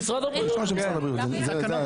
בתקנות